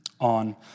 On